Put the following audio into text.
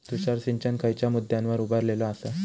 तुषार सिंचन खयच्या मुद्द्यांवर उभारलेलो आसा?